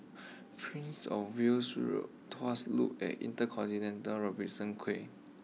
Prince of Wales Road Tuas Loop and InterContinental Robertson Quay